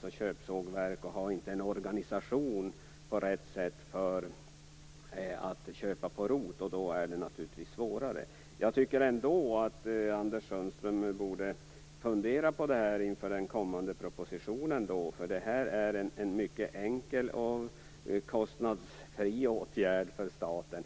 De är köpsågverk och har inte en organisation för att på rätt sätt köpa på rot. Då är det naturligtvis svårare. Jag tycker ändå att Anders Sundström borde fundera på det här inför den kommande propositionen. Det här är en mycket enkel och kostnadsfri åtgärd för staten.